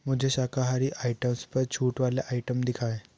मुझे शाकाहारी आइटम्स पर छूट वाले आइटम दिखाएँ